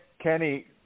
Kenny